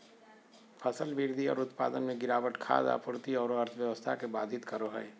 फसल वृद्धि और उत्पादन में गिरावट खाद्य आपूर्ति औरो अर्थव्यवस्था के बाधित करो हइ